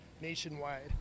nationwide